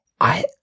I-